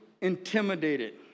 intimidated